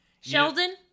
Sheldon